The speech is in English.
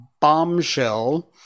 bombshell